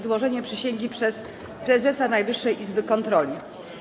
Złożenie przysięgi przez prezesa Najwyższej Izby Kontroli.